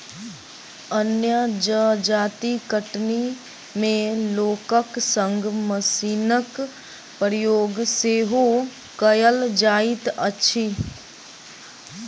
अन्य जजाति कटनी मे लोकक संग मशीनक प्रयोग सेहो कयल जाइत अछि